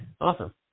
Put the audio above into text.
Awesome